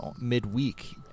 midweek